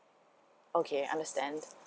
okay I understand